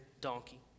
donkey